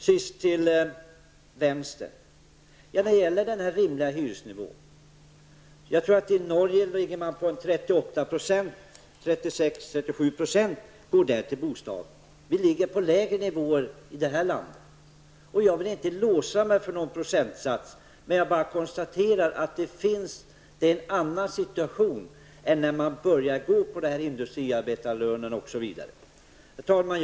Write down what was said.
Sist till vänstern om vad som är en rimlig hyresnivå. Jag tror att i Norge går 36 à 37 % av människors inkomster till bostaden. Här i landet är bostadskostnadernas andel lägre. Jag vill inte låsa mig vid någon procentsats, men jag konstaterar att det är en annan situation än när man utgår ifrån industriarbetarlönen. Herr talman!